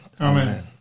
Amen